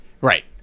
Right